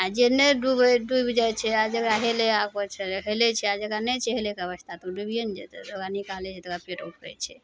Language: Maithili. आओर जे नहि डुबय डुबि जाइ छै आओर जकरा हेलय आबय छै हेलय छै आओर जकरा नहि छै हेलयके अवस्था तऽ ओ डुबिये ने जेतय तऽ ओकरा निकालय जेतय ओकरा पेट छै